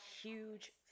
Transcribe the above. huge